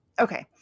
Okay